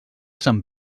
sant